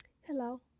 Hello